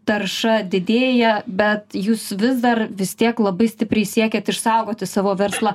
tarša didėja bet jūs vis dar vis tiek labai stipriai siekiat išsaugoti savo verslą